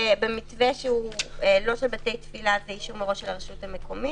במתווה שהוא לא של בתי תפילה זה אישור מראש של הרשות המקומית.